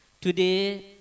Today